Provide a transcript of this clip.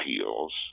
appeals